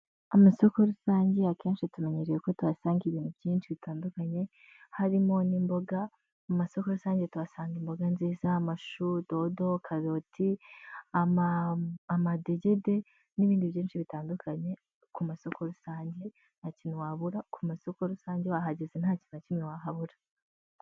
Amasoko rusange akenshi tumenyereye ko tuhasanga ibintu byinshi bitandukanye, harimo n'imboga, mu masoko rusange tuhasanga imboga nziza amashu, dodo, karoti, amadegede n'ibindi byinshi bitandukanye, ku masoko rusange, nta kintu wabura ku masoko rusange wahageze ntakintu na kimwe wahabura.